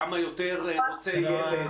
כמה יותר רוצה ילד?